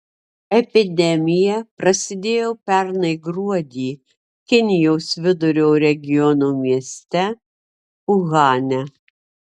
epidemija prasidėjo pernai gruodį kinijos vidurio regiono mieste uhane